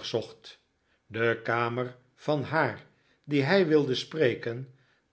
zocht de kamer van haar die hij wilde spreken